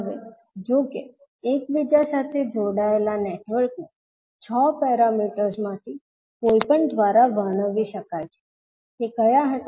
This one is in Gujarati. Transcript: હવે જો કે એકબીજા સાથે જોડાયેલા નેટવર્કને 6 પેરામીટર્સ માંથી કોઈપણ દ્વારા વર્ણવી શકાય છે તે કયા હતા